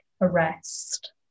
arrest